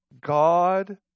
God